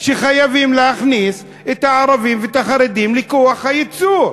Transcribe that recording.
שחייבים להכניס את הערבים ואת החרדים לכוח הייצור.